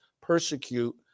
persecute